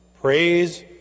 Praise